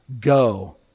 go